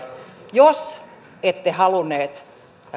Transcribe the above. jos ette halunnut